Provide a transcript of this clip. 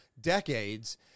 decades